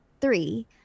three